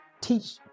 teach